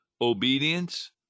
obedience